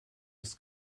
was